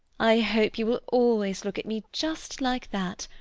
i hope you will always look at me just like that,